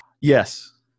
Yes